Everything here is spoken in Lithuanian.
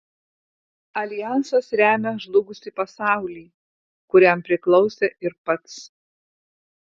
aljansas remia žlugusį pasaulį kuriam priklausė ir pats